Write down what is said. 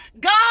God